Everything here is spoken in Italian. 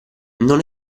non